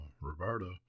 Roberta